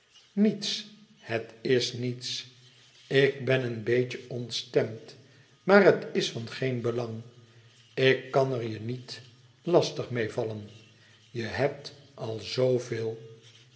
niets het is niets ik ben een beetje ontstemd maar het is van geen belang ik kan er je niet lastig meê vallen je hebt al